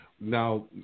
Now